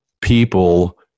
people